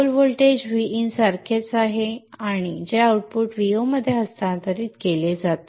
pole voltage Vin सारखेच आहे जे आउटपुट Vo मध्ये हस्तांतरित केले जाते